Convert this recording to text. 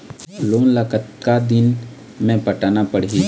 Loan ला कतका दिन मे पटाना पड़ही?